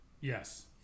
Yes